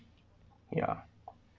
ya